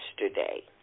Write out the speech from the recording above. yesterday